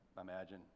imagine